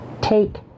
Take